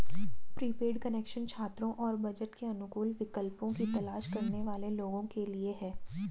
prepaid connection छात्रों और budget के अनुकूल विकल्पों की तलाश करने वाले लोगों के लिए है